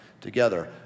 together